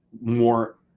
more